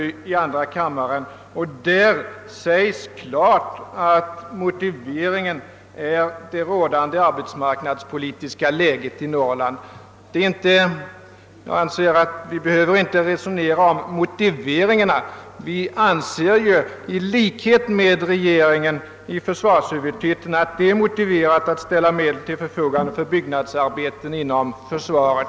Där framhålles klart att motiveringen är det rådande arbetsmarknadspolitiska läget i Norrland. Jag anser att vi inte behöver resonera om motiveringarna. I likhet med regeringen menar vi att det är motiverat att ställa medel till förfogande för byggnadsarbeten inom försvaret.